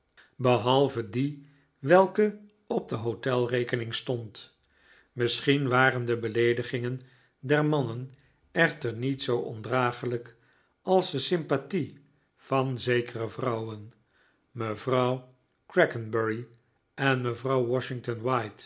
behalve dien welke op de hotelrekening stond misschien waren de beleedigingen der mannen echter niet zoo ondragelijk als de sympathie van zekere vrouwen mevrouw crackenbury en mevrouw washington